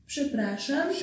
Przepraszam